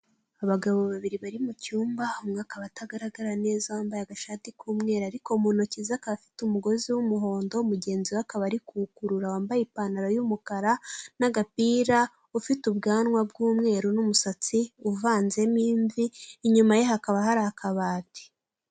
Abagabo babiri bari mu cyumba umwe akaba atagaragara neza wambaye agashati k'umweru, ariko mu ntoki ze akaba afite umugozi w'umuhondo mugenzi we akaba ari kuwukurura wambaye ipantaro y'umukara n'agapira, ufite ubwanwa bw'umweru n'umusatsi uvanzemo imvi, inyuma ye hakaba hari akabati.